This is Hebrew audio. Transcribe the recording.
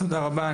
תודה רבה,